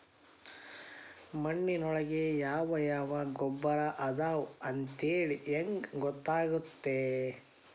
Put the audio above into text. ಮಣ್ಣಿನೊಳಗೆ ಯಾವ ಯಾವ ಗೊಬ್ಬರ ಅದಾವ ಅಂತೇಳಿ ಹೆಂಗ್ ಗೊತ್ತಾಗುತ್ತೆ?